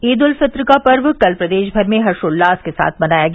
ईद उल फित्र का पर्व कल प्रदेश भर में हर्षोल्लास के साथ मनाया गया